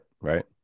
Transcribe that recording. right